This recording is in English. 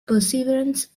perseverance